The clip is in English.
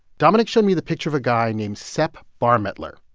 dominik showed me the picture of a guy named sepp barmettler.